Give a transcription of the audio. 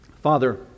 Father